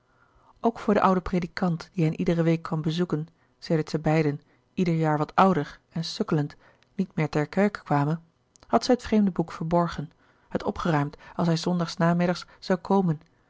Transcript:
ook voor den ouden predikant die hen iedere week kwam bezoeken sedert zij beiden ieder jaar wat ouder en sukkelend niet meer ter kerke kwamen had zij het vreemde boek verborgen het opgeruimd als hij zondag s namiddags zoû komen